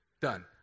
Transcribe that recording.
Done